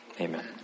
Amen